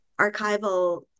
archival